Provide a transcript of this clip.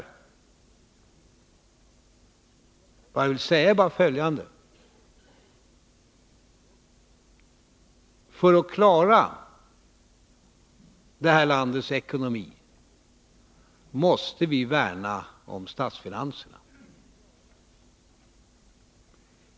Vad jag vill säga är bara följande. För att klara det här landets ekonomi måste vi värna om statsfinanserna.